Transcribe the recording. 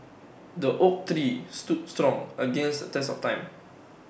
the oak tree stood strong against the test of time